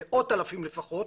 מאות אלפים לפחות,